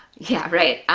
yeah, right,